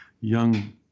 young